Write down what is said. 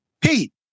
Pete